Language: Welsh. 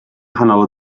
nghanol